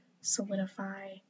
solidify